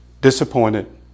disappointed